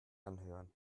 anhören